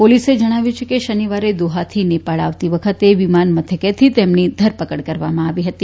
પોલીસે જણાવ્યું છે કે શનિવારે દોહાથી નેપાળ આવતી વખતે વિમાનીમથકેથી તેમની ધરપકડ કરવામાં આવી હતી